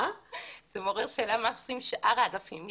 זה מעורר שאלה מה עושים שאר האגפים,